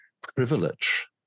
privilege